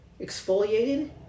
exfoliated